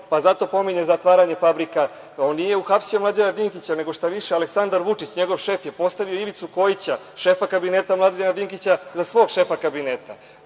pa zato pominje zatvaranje fabrika. On nije uhapsio Mlađana Dinkića, nego šta više, Aleksandar Vučić, njegov šef, je postavio Ivicu Kojića, šefa kabineta Mlađana Dinkića, za svog šefa kabineta.